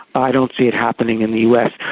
i don't see it happening in the us.